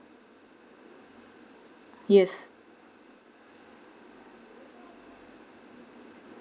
yes